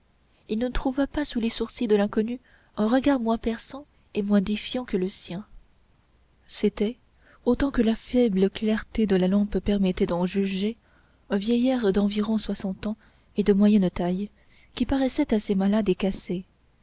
il ne trouva pas sous les sourcils de l'inconnu un regard moins perçant et moins défiant que le sien c'était autant que la faible clarté de la lampe permettait d'en juger un vieillard d'environ soixante ans et de moyenne taille qui paraissait assez malade et cassé